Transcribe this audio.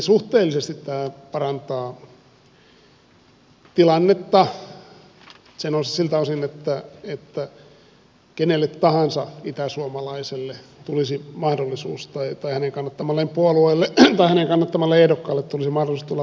suhteellisesti tämä parantaa tilannetta siltä osin että kenelle tahansa itäsuomalaiselle tulisi mahdollisuus tai hänen kannattamalleen puolueelle tai hänen kannattamalleen ehdokkaalle tulisi mahdollisuus tulla valituksi